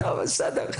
אבל בסדר.